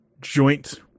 joint